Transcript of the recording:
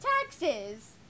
Taxes